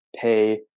pay